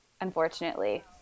unfortunately